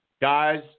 Guys